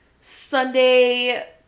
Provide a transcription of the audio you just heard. Sunday